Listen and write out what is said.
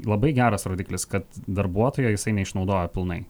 labai geras rodiklis kad darbuotojo jisai neišnaudoja pilnai